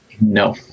No